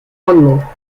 rendements